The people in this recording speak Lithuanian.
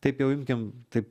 taip jau imkim taip